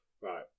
Right